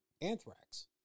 Anthrax